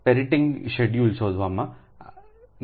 પરેટિંગ schedule શોધવા માટે છે